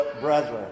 brethren